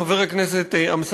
חבר הכנסת אמסלם,